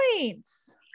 Points